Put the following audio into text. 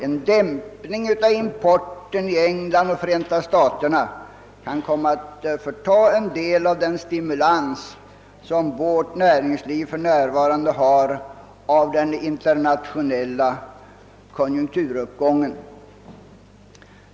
En dämpning av importen i England och Förenta staterna kan komma att förta en del av den stimulans som vårt näringsliv för närvarande får genom den internationella konjunkturuppgången.